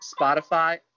Spotify